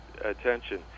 attention